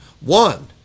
one